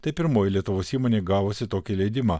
tai pirmoji lietuvos įmonė gavusi tokį leidimą